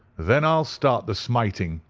then i'll start the smiting,